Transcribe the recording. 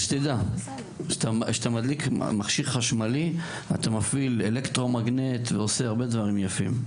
כשאתה מדליק מכשיר חשמלי אתה מפעיל אלקטרו מגנט ועושה הרבה דברים יפים.